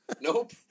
nope